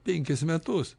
penkis metus